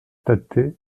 tattet